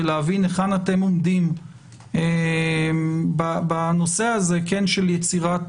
ולהבין היכן אתם עומדים בנושא הזה של יצירת